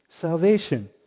salvation